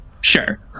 sure